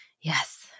Yes